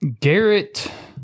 Garrett